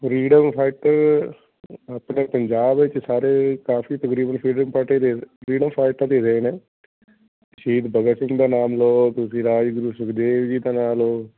freedom fighter ਆਪਣੇ ਪੰਜਾਬ ਵਿੱਚ ਸਾਰੇ ਕਾਫੀ ਤਕਰੀਬਨ ਫਰੀਡਮ ਫਾਈਟਰ ਦੇ ਫਰੀਡਮ ਫਾਈਟਰ ਹੀ ਰਹੇ ਨੇ ਸ਼ਹੀਦ ਭਗਤ ਸਿੰਘ ਦਾ ਨਾਮ ਲਓ ਤੁਸੀਂ ਰਾਜਗੁਰੂ ਸੁਖਦੇਵ ਜੀ ਦਾ ਨਾ ਲਓ